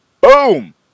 boom